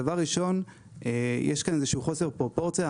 דבר ראשון יש כאן איזה שהוא חוסר פרופורציה,